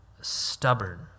Stubborn